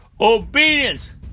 Obedience